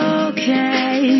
okay